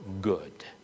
good